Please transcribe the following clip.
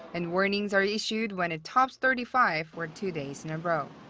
and warnings are issued when it tops thirty five for two days in a row.